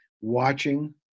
Watching